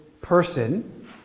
person